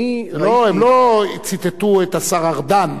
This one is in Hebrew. הם לא ציטטו את השר ארדן,